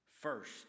first